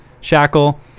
shackle